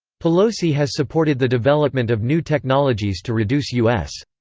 pelosi has supported the development of new technologies to reduce u s.